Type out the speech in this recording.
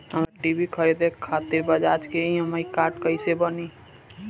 हमरा टी.वी खरीदे खातिर बज़ाज़ के ई.एम.आई कार्ड कईसे बनी?